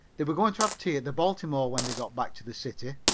they were going to have tea at the biltmore when they got back to the city.